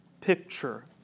picture